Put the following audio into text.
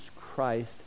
Christ